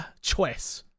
choice